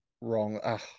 wrong